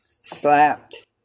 slapped